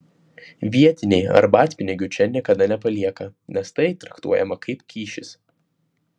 vietiniai arbatpinigių čia niekada nepalieka nes tai traktuojama kaip kyšis